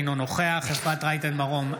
אינו נוכח אפרת רייטן מרום,